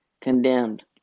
condemned